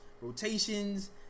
rotations